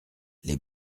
les